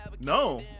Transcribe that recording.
No